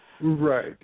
Right